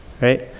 right